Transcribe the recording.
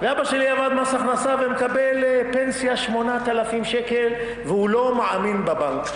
ואבא שלי עבד במס הכנסה ומקבל פנסיה 8,000 שקל והוא לא מעלים דבר,